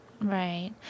right